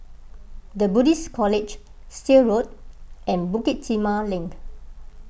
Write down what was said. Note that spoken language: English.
the Buddhist College Still Road and Bukit Timah Link